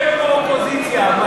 משבר באופוזיציה.